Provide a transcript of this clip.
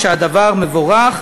והדבר מבורך,